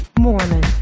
Mormon